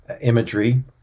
imagery